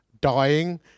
dying